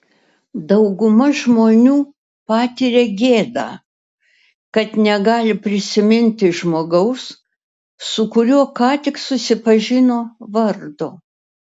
dauguma žmonių patiria gėdą kad negali prisiminti žmogaus su kuriuo ką tik susipažino vardo